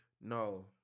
No